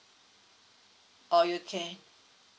or you can